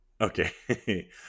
Okay